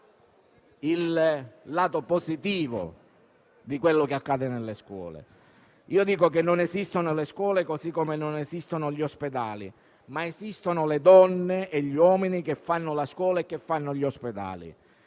il lato positivo di quello che accade nelle scuole. Io dico che non esistono le scuole o gli ospedali, ma esistono le donne e gli uomini che fanno le scuole e gli ospedali;